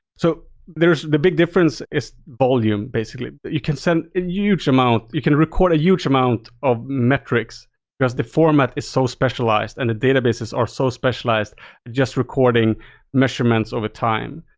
so the big difference is volume, basically but you can send a huge amount. you can record a huge amount of metrics because the format is so specialized and the databases are so specialized just recording measurements of a time.